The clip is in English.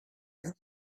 you